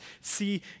see